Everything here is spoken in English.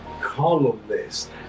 columnist